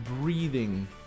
Breathing